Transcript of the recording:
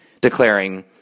declaring